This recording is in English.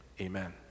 Amen